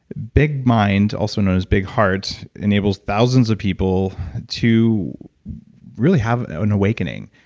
big mind, also known as big heart, enables thousands of people to really have an awakening.